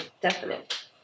definite